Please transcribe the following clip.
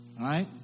right